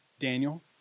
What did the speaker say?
Daniel